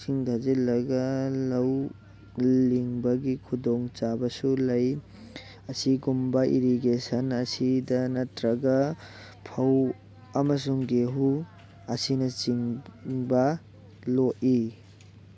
ꯏꯁꯤꯡ ꯊꯥꯖꯤꯜꯂꯒ ꯂꯧ ꯂꯤꯡꯕꯒꯤ ꯈꯨꯗꯣꯡꯆꯥꯕꯁꯨ ꯂꯩ ꯑꯁꯤꯒꯨꯝꯕ ꯏꯔꯤꯒꯦꯁꯟ ꯑꯁꯤꯗ ꯅꯠꯇ꯭ꯔꯒ ꯐꯧ ꯑꯃꯁꯨꯡ ꯒꯦꯍꯨ ꯑꯁꯤꯅꯆꯤꯡꯕ ꯂꯣꯛꯏ